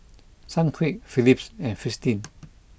Sunquick Phillips and Fristine